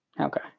Okay